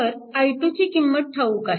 तर i2 ची किंमत ठाऊक आहे